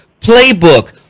playbook